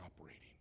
operating